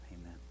amen